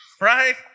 Right